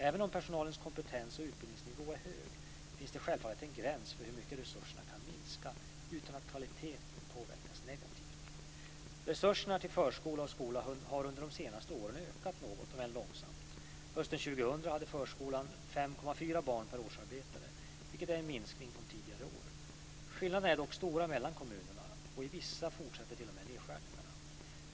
Även om personalens kompetens och utbildningsnivå är hög finns det självfallet en gräns för hur mycket resurserna kan minska utan att kvaliteten påverkas negativt. Resurserna till förskola och skola har under de senaste åren ökat något, om än långsamt. Hösten 2000 hade förskolan 5,4 barn per årsarbetare, vilket är en minskning från tidigare år. Skillnaderna är dock stora mellan kommunerna, och i vissa fortsätter t.o.m. nedskärningarna.